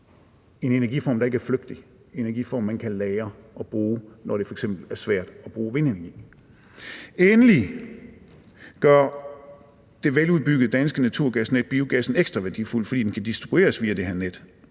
en energiform, der ikke er flygtig, en energiform, man kan lagre og bruge, når det f.eks. er svært at bruge vindenergi. Endelig gør det veludbyggede danske naturgasnet biogassen ekstra værdifuld, fordi den kan distribueres via det her net,